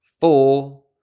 four